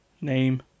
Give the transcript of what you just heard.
name